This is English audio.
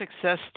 success